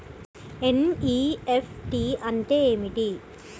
NEFT అంటే ఏమిటీ?